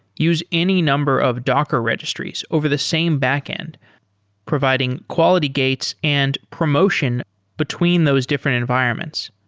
use any number of docker registries over the same backend providing quality gates and promotion between those different environments.